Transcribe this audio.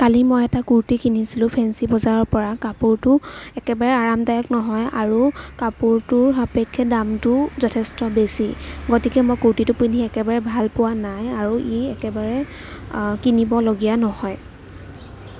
কালি মই এটা কুৰ্তি কিনিছিলোঁ ফেঞ্চি বজাৰৰ পৰা কাপোৰটো একেবাৰে আৰামদায়ক নহয় আৰু কাপোৰটোৰ সাপেক্ষে দামটো যথেষ্ট বেছি গতিকে মই কুৰ্তিটো পিন্ধি একেবাৰে ভালপোৱা নাই আৰু ই একেবাৰে কিনিবলগীয়া নহয়